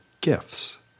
gifts